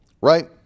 right